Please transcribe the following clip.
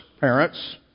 parents